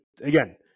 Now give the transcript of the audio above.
again